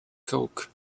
coke